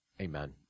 Amen